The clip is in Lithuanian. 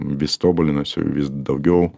vis tobulinuosiu vis daugiau